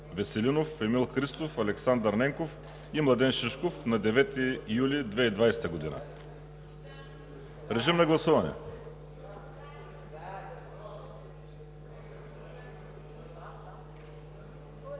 Веселинов, Емил Христов, Александър Ненков и Младен Шишков на 9 юли 2020 г. Гласували